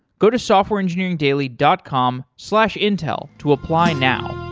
go to softwareengineeringdaily dot com slash intel to apply now.